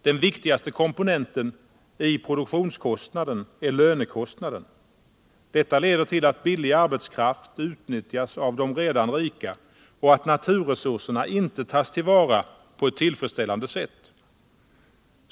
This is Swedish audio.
Den viktigaste komponenten i produktionskostnaden är lönekostnaden. Detta leder till att billig arbetskraft utnyttjas av de redan rika, och alt naturresurserna inte tas till vara på ett ullfredsställande sätt.